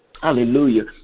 Hallelujah